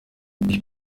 ich